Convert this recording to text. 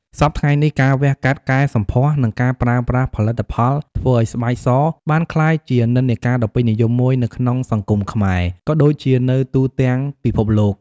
សព្វថ្ងៃនេះ ការវះកាត់កែសម្ផស្ស និងការប្រើប្រាស់ផលិតផលធ្វើឱ្យស្បែកសបានក្លាយជានិន្នាការដ៏ពេញនិយមមួយនៅក្នុងសង្គមខ្មែរ ក៏ដូចជានៅទូទាំងពិភពលោក។